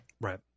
Right